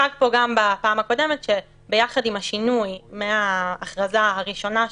הוצג פה גם בפעם הקודמת שביחד עם השינוי מההכרזה הראשונה שהייתה,